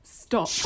stop